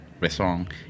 restaurant